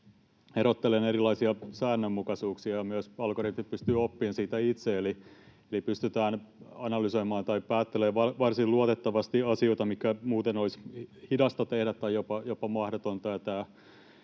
erottelemaan erilaisia säännönmukaisuuksia ja myös algoritmit pystyvät oppimaan siitä itse. Eli pystytään analysoimaan tai päättelemään varsin luotettavasti asioita, mitkä muuten olisi hidasta tai jopa mahdotonta